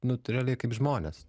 nu tai realia kaip žmones